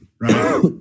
right